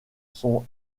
sont